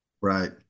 Right